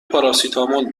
پاراسیتامول